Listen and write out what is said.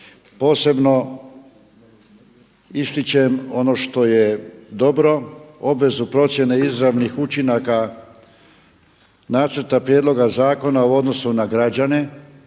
Posebno ističem ono što je dobro obvezu procjene izravnih učinaka nacrta prijedloga zakona u odnosu na građane,